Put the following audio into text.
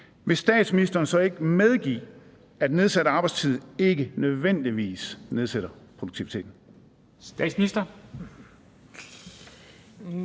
Vil statsministeren så ikke medgive, at nedsat arbejdstid ikke nødvendigvis nedsætter produktiviteten?